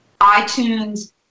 itunes